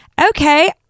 Okay